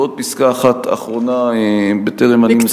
ועוד פסקה אחת אחרונה בטרם אני מסיים.